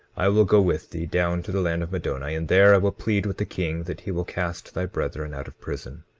i will go with thee down to the land of middoni, and there i will plead with the king that he will cast thy brethren out of prison.